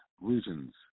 regions